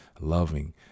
loving